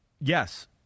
yes